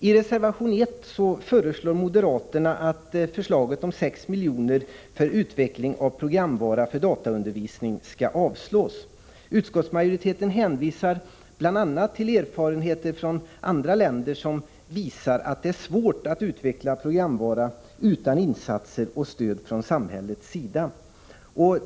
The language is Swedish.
I reservation 1 yrkar moderaterna att förslaget om 6 miljoner för utveckling av programvara för dataundervisning skall avslås. Utskottsmajoriteten hänvisar bl.a. till erfarenheter från andra länder som visar att det är svårt att utveckla programvara utan insatser och stöd från samhällets sida.